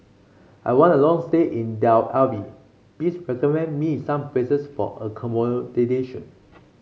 I want a long stay in Tel Aviv please recommend me some places for